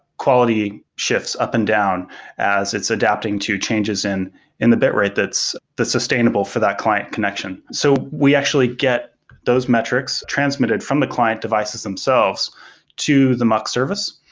quality shifts up and down as it's adapting to changes in in the bit rate that's the sustainable for that client connection. so we actually get those metrics transmitted from the client devices themselves to the mux service,